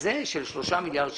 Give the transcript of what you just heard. כזה של 3 מיליארד שקלים.